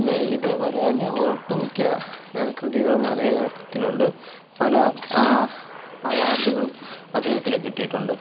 പിന്നെ ഇതേപോലെ തന്നെ ഒട്ടുമിക്ക കൃതികളും അദ്ദേഹത്തിനുണ്ട് പല ആ അവാർഡുകളും അദ്ദേഹത്തിന് കിട്ടിയിട്ടുണ്ട്